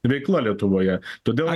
veikla lietuvoje todėl